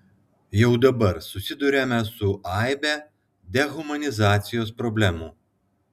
jau dabar susiduriame su aibe dehumanizacijos problemų